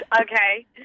Okay